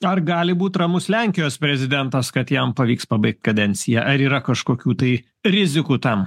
ar gali būt ramus lenkijos prezidentas kad jam pavyks pabaigt kadenciją ar yra kažkokių tai rizikų tam